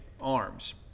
arms